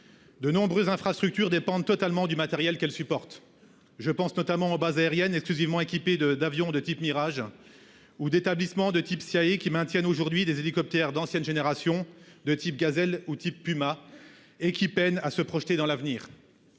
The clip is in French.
De nombreuses infrastructures dépendent totalement du matériel qu'elle supporte. Je pense notamment aux bases aériennes exclusivement équipés de d'avion de type Mirage. Ou d'établissements de type CIA qui maintiennent aujourd'hui des hélicoptères d'ancienne génération de type Gazelle ou type Puma et qui peine à se projeter dans l'avenir.